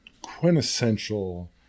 quintessential